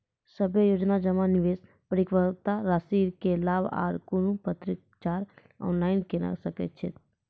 सभे योजना जमा, निवेश, परिपक्वता रासि के लाभ आर कुनू पत्राचार ऑनलाइन के सकैत छी?